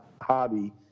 hobby